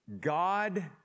God